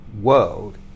world